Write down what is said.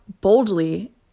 boldly